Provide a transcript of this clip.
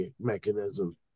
mechanism